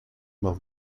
well